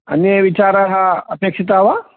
अन्ये विचाराः अपेक्षिताः वा